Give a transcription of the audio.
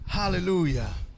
hallelujah